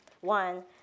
One